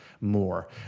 more